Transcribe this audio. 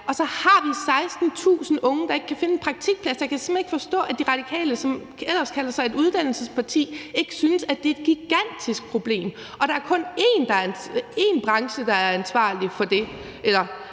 Og så har vi 16.000 unge, der ikke kan finde en praktikplads. Jeg kan simpelt hen ikke forstå, at De Radikale, som ellers kalder sig et uddannelsesparti, ikke synes, at det er et gigantisk problem. Det er kun arbejdsgiverne, der er ansvarlige for det,